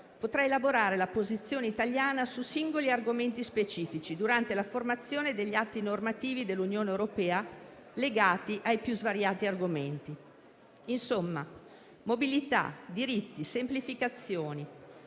potrà elaborare la posizione italiana su singoli argomenti specifici durante la formazione degli atti normativi dell'Unione europea, legati ai più svariati argomenti. Insomma, mobilità, diritti, semplificazioni: